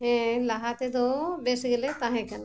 ᱦᱮᱸ ᱞᱟᱦᱟ ᱛᱮᱫᱚ ᱵᱮᱥ ᱜᱮᱞᱮ ᱛᱟᱦᱮᱸ ᱠᱟᱱᱟ